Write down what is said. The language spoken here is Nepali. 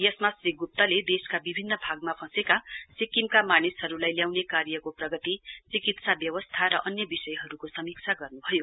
यसमा श्री ग्प्तले देशका विभिन्न भागमा फँसेका सिक्किमका मानिसहरूलाई ल्याउने कार्यको प्रगति चिकित्सा व्यवस्था र अन्य विषयहरूको समीक्षा गर्नुभयो